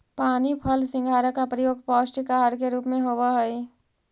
पानी फल सिंघाड़ा का प्रयोग पौष्टिक आहार के रूप में होवअ हई